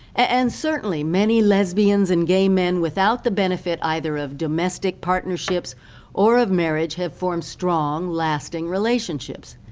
and, certainly, many lesbians and gay men without the benefit either of domestic partnerships or of marriage have formed strong, lasting relationships.